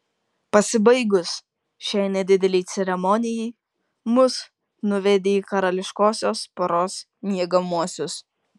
pasibaigus šiai nedidelei ceremonijai mus nuvedė į karališkosios poros miegamuosius